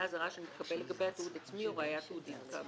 הזרה שנתקבל לגביה תיעוד עצמי או ראיה תיעודית כאמור.